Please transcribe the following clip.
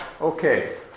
Okay